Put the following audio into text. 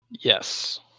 yes